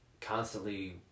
Constantly